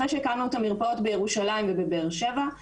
אחרי שהקמנו את המרפאות בירושלים ובבאר שבע,